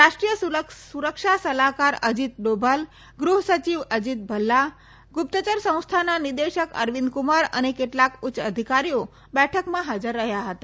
રાષ્ટ્રીય સુરક્ષા સલાહકાર અજિત ડોભાલ ગૃહ સચિવ અજિત ભલ્લા ગુપ્તચર સંસ્થાના નિદેશક અરવિંદ કુમાર અને કેટલાક ઉચ્ય અધિકારીઓ બેઠકમાં હાજર થયા હતા